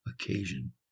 occasion